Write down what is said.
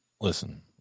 Listen